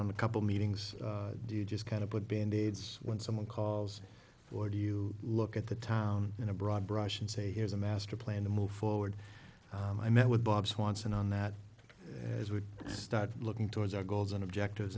on a couple meetings do you just kind of put band aids when someone calls or do you look at the time in a broad brush and say here's a master plan to move forward and i met with bob swanson on that as we started looking towards our goals and objectives